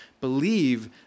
believe